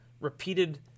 repeated